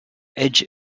edge